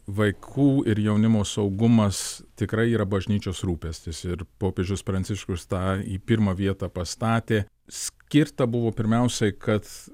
vaikų ir jaunimo saugumas tikrai yra bažnyčios rūpestis ir popiežius pranciškus tą į pirmą vietą pastatė skirta buvo pirmiausiai kad